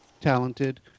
talented